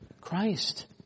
Christ